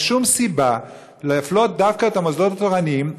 אין שום סיבה להפלות דווקא את המוסדות התורניים,